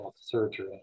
surgery